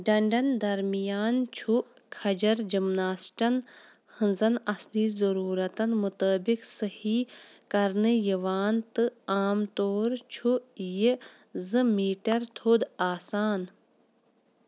ڈنٛڈن درمیان چھُ کَھجَر جمناسٹن ہٕنٛزن اَصلی ضروٗرتن مُطٲبِق صحیح كَرنہٕ یوان تہٕ عام طور چھُ یہِ زٕ میٖٹر تھوٚد آسان